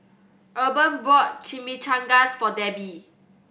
Urban bought Chimichangas for Debi